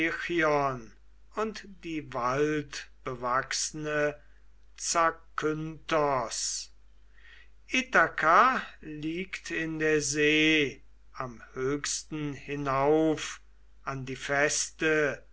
und die waldbewachsne zakynthos ithaka liegt in der see am höchsten hinauf an die feste